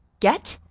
get?